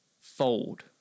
Fold